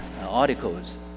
articles